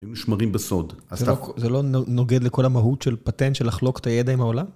אם נשמרים בסוד, אז זה לא נוגד לכל המהות של פטנט, של לחלוק את הידע עם העולם?